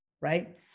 right